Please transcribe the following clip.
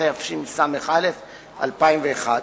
התשס"א 2001,